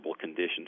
conditions